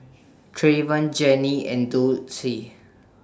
Treyvon Janie and Dulcie